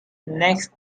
next